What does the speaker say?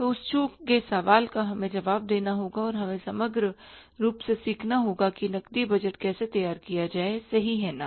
तो उस चूक गए सवाल का हमें जवाब देना होगा और हमें समग्र रूप से सीखना होगा कि नकदी बजट कैसे तैयार किया जाए सही है ना